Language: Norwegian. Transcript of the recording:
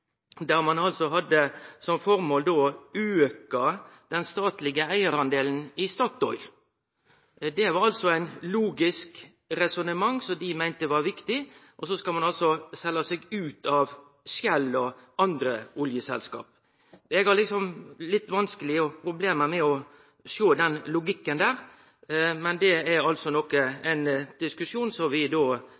Det var eit logisk resonnement som dei meinte var viktig, og så skal ein altså selje seg ut av Shell og andre oljeselskap. Eg har litt problem med å sjå den logikken, men det er ein diskusjon som vi